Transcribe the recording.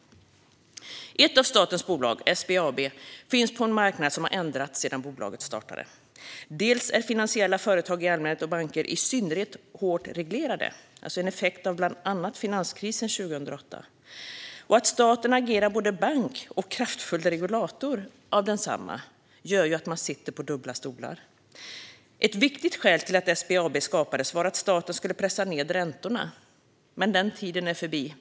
Ett av statens bolag, SBAB, finns på en marknad som har ändrats sedan bolaget startade. Finansiella företag i allmänhet och banker i synnerhet är hårt reglerade, en effekt av bland annat finanskrisen 2008. Att staten agerar både bank och regulator av densamma gör att man sitter på dubbla stolar. Ett viktigt skäl till att SBAB skapades var att staten skulle pressa ned räntorna. Men den tiden är förbi.